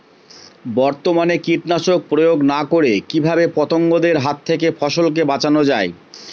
বর্তমানে কীটনাশক প্রয়োগ না করে কিভাবে পতঙ্গদের হাত থেকে ফসলকে বাঁচানো যায়?